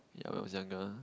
yeah when I was younger